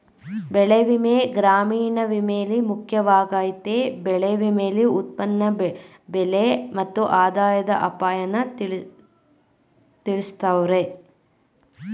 ಬೆಳೆವಿಮೆ ಗ್ರಾಮೀಣ ವಿಮೆಲಿ ಮುಖ್ಯವಾಗಯ್ತೆ ಬೆಳೆ ವಿಮೆಲಿ ಉತ್ಪನ್ನ ಬೆಲೆ ಮತ್ತು ಆದಾಯದ ಅಪಾಯನ ತಿಳ್ಸವ್ರೆ